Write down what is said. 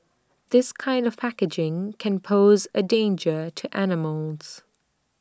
this kind of packaging can pose A danger to animals